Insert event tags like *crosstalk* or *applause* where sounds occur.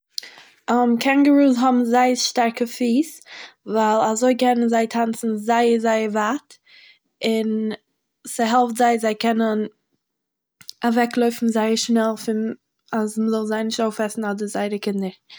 *hesitation* קעינגעראז האבן זייער שטארק פיס ווייל אזוי קענען זיי טאנצען זייער זייער ווייט, און.... ס'העלפט זיי צו קענען אוועקלויפן זייער שנעל פון... אז מ'זאל זיי נישט אויפעסן אדער זייערע קינדער.